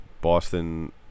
Boston